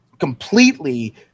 Completely